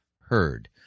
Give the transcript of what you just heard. heard